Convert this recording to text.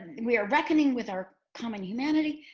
and we are reckoning with our common humanity.